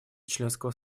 членского